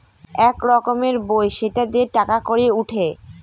এক রকমের বই সেটা দিয়ে টাকা কড়ি উঠে